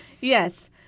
Yes